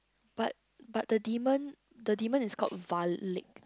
but but the demon is got a warlick